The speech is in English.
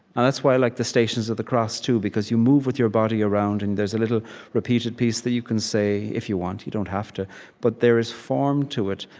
and that's why i like the stations of the cross too, because you move with your body around, and there's a little repeated piece that you can say, if you want you don't have to but there is form to it.